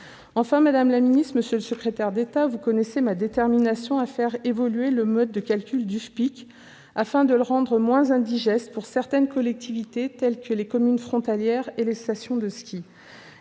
Enfin, madame la ministre, monsieur le secrétaire d'État, vous connaissez ma détermination à faire évoluer le mode de calcul du FPIC afin de le rendre moins indigeste pour certaines collectivités, telles que les communes frontalières ou les stations de ski.